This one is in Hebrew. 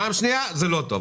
פעם שנייה: זה לא טוב.